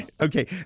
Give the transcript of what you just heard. Okay